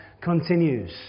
continues